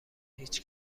هیچ